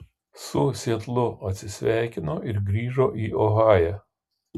su sietlu atsisveikino ir grįžo į ohają